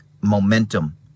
momentum